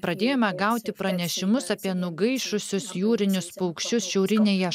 pradėjome gauti pranešimus apie nugaišusius jūrinius paukščius šiaurinėje